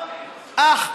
אח,